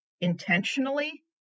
intentionally